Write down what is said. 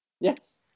Yes